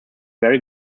very